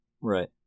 Right